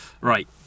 Right